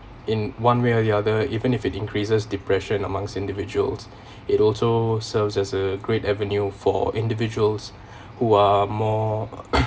in one way or the other even if it increases depression amongst individuals it also serves as a great avenue for individuals who are more